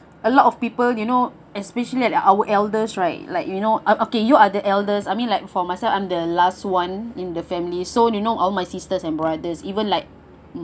a lot of people you know especially like our elders right like you know uh okay you are the eldest I mean like for myself I'm the last [one] in the family so you know all my sisters and brothers even like